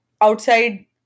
outside